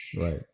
right